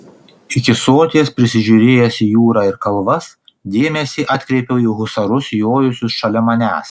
iki soties prisižiūrėjęs į jūrą ir kalvas dėmesį atkreipiau į husarus jojusius šalia manęs